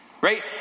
Right